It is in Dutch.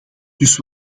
dus